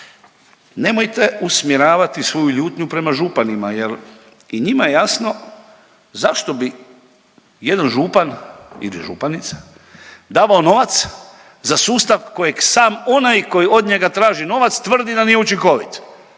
Nemojte usmjeravati svoju ljutnju prema županima jer i njima je jasno zašto bi jedan župan ili županica davao novac za sustav kojeg sam onaj koji od njega traži novac tvrdi da nije učinkovit,